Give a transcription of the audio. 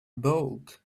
bulk